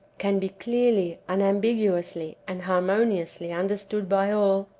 can be clearly, unambiguously, and harmoniously understood by all,